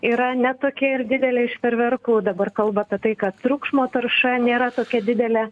yra ne tokia ir didelė iš fejerverkų dabar kalba apie tai kad triukšmo tarša nėra tokia didelė